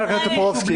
חבר הכנסת טופורובסקי.